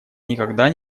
никогда